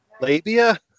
Labia